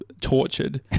Tortured